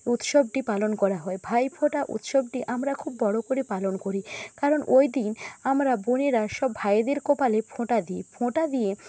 উৎসবটি পালন করা হয় ভাইফোঁটা উৎসবটি আমরা খুব বড়ো করে পালন করি কারণ ওইদিন আমরা বোনেরা সব ভাইদের কপালে ফোঁটা দিই ফোঁটা দিয়ে